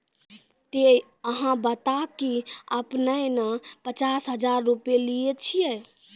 ते अहाँ बता की आपने ने पचास हजार रु लिए छिए?